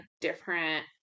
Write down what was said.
different